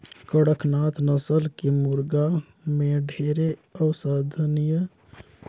कड़कनाथ नसल के मुरगा में ढेरे औसधीय गुन होथे तेखर चलते एखर मांग ढेरे अहे